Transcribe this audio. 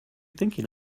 thinking